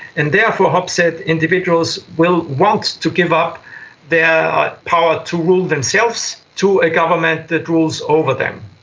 and therefore hobbes said individuals will want to give up their power to rule themselves to a government that rules over them.